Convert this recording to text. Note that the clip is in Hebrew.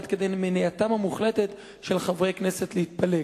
עד כדי מניעתם המוחלטת של חברי כנסת מלהתפלג.